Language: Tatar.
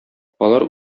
алар